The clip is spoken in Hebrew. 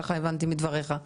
כפי שהבנתי מדבריך.